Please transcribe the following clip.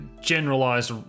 generalized